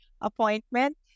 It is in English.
appointment